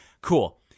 Cool